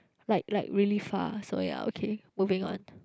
like like really far so ya okay moving on